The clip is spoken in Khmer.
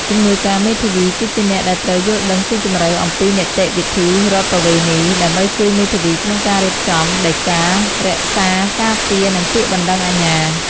ជំនួយការមេធាវីគឺជាអ្នកដែលត្រូវយល់ដឹងស៊ីជម្រៅអំពីនីតិវិធីរដ្ឋប្បវេណី ដើម្បីជួយមេធាវីក្នុងការរៀបចំដីការក្សាការពារ និងពាក្យបណ្តឹងអាជ្ញា។